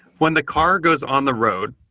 when the car goes on the road,